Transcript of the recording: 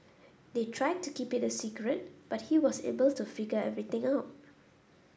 they tried to keep it a secret but he was able to figure everything out